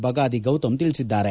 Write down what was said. ಬಗಾದಿ ಗೌತಮ್ ತಿಳಿಸಿದ್ದಾರೆ